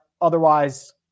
otherwise